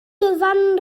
dyfan